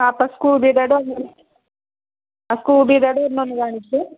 ആ അപ്പോൾ സ്കൂബി ഡേയുടെ ഒന്ന് ആ സ്കൂബി ഡേയുടെ ഒരെണ്ണം ഒന്ന് കാണിച്ചേ